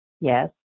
Yes